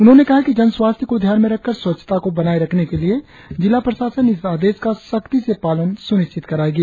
उन्होंने कहा है कि जनस्वास्थ्य को ध्यान में रखकर स्वच्छता को बनाए रखने के लिए जिला प्रशासन इस आदेश का सख्ती से पालन सुनिश्चित करायेगी